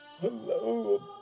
Hello